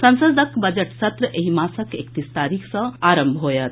संसदक बजट सत्र एहि मासक एकतीस तारीख सँ आरंभ होयत